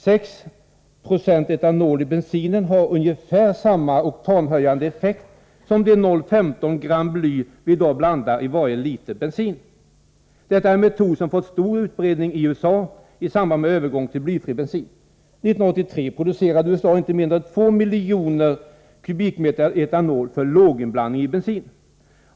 670 etanol i bensinen har ungefär samma oktanhöjande effekt som de 0,15 g bly vi i dag blandar in i varje liter bensin. Detta är en metod som fått stor utbredning i USA i samband med övergång till blyfri bensin. 1983 producerades i USA inte mindre än ca 2 miljoner m? etanol för låginblandning i bensin.